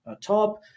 top